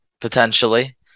potentially